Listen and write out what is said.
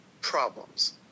problems